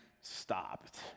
stopped